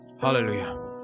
Hallelujah